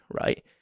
right